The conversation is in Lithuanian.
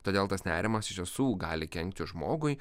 todėl tas nerimas iš tiesų gali kenkti žmogui